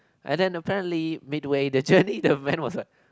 and then apparently midway the journey the van was like